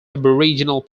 aboriginal